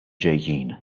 ġejjin